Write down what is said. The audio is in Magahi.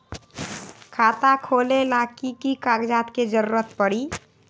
खाता खोले ला कि कि कागजात के जरूरत परी?